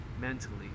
mentally